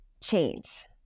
change